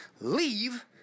Leave